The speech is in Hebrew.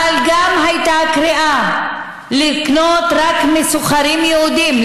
אבל גם הייתה קריאה לקנות רק מסוחרים יהודים,